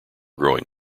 growing